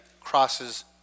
crosses